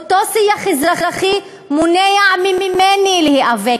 אותו שיח אזרחי מונע ממני להיאבק,